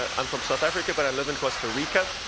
ah i'm from south africa, but i live in costa rica.